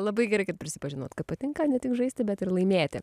labai gerai kad prisipažinot kad patinka ne tik žaisti bet ir laimėti